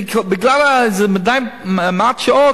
בגלל איזה מד שעות,